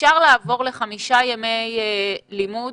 אפשר לעבור לחמישה ימי לימוד